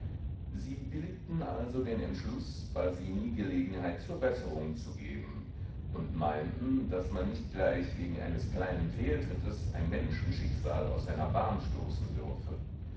sie billigten also den entschluß basini gelegenheit zur besserung zu geben und meinten daß man nicht gleich wegen eines kleinen fehltrittes ein menschenschicksal aus seiner bahn stoßen dürfe